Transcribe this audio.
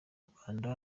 rwanda